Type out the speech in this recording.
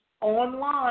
online